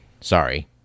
Sorry